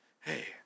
Hey